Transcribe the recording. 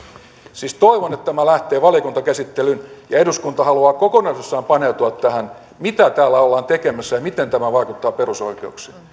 siis toivon että tämä lähtee valiokuntakäsittelyyn ja eduskunta haluaa kokonaisuudessaan paneutua tähän mitä tällä ollaan tekemässä ja ja miten tämä vaikuttaa perusoikeuksiin